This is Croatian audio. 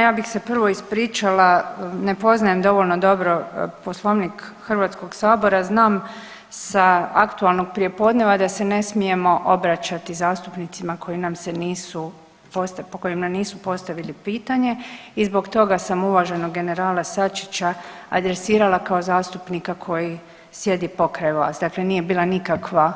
Ja bih se prvo ispričala, ne poznajem dovoljno dobro Poslovnik HS, znam sa aktualnog prijepodneva da se ne smijemo obraćati zastupnicima koji nam se nisu, po kojima nisu postavili pitanje i zbog toga sam uvaženog generala Sačića adresirala kao zastupnika koji sjedi pokraj vas, dakle nije bila nikakva